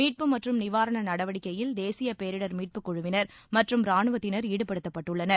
மீட்பு மற்றும் நிவாரண நடவடிக்கையில் தேசிய பேரிடர் மீட்பு குழுவினர் மற்றும் ராணுவத்தினர் ஈடுபடுத்தப்பட்டுள்ளனர்